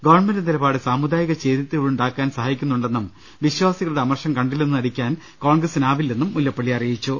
government നിലപാട് സാമുദായിക ചേരിതിരിവ് ഉണ്ടാക്കാൻ സഹായിക്കുന്നുണ്ടെന്നും വിശ്വാസി കളുടെ അമർഷം കണ്ടില്ലെന്നു നടിക്കാൻ കോൺഗ്രസിന് ആവില്ലെന്നും മുല്ലപ്പള്ളി അറിയിച്ചു